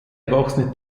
erwachsene